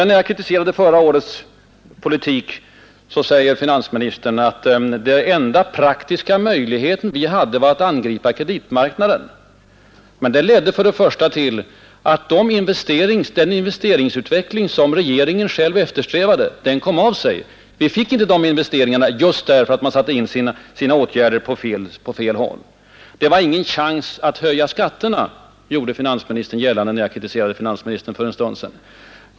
När jag kritiserade regeringens ensidiga politik förra året hävdade finansministern att den enda praktiska möjlighet regeringen hade var att angripa kreditmarknaden. Men detta ledde till att den investeringsutveckling som regeringen själv eftersträvade kom av sig. Vi fick inte de investeringar vi behövde just därför att de drabbades av de felaktiga åtgärder regeringen vidtog. Det fanns ”ingen chans” att höja skatterna, gjorde finansministern gällande när jag kritiserade finansministern för en kort stund sedan.